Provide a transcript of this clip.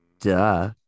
Duh